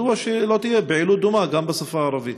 מדוע שלא תהיה פעילות דומה גם בשפה הערבית?